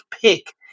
pick